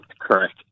correct